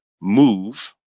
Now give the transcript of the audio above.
move